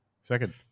Second